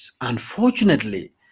unfortunately